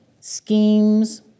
schemes